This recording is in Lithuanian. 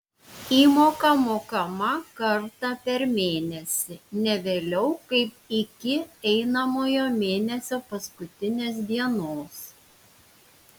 įmoka mokama kartą per mėnesį ne vėliau kaip iki einamojo mėnesio paskutinės dienos